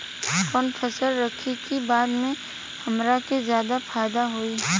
कवन फसल रखी कि बाद में हमरा के ज्यादा फायदा होयी?